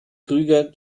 krüger